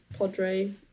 Padre